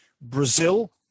Brazil